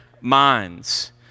minds